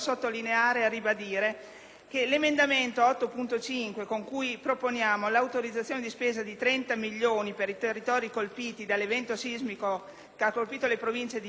che l'emendamento 8.5, con cui proponiamo l'autorizzazione di spesa di 30 milioni per i territori colpiti dall'evento sismico che ha colpito le Province di Parma, Reggio Emilia e Modena,